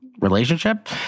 relationship